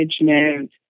management